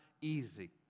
easy